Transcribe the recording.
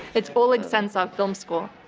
it's oleg sentsov film school.